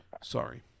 Sorry